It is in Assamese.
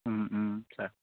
ও ও ছাৰ